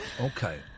Okay